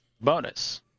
bonus